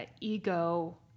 ego